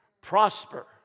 Prosper